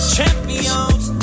Champions